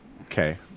Okay